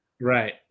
Right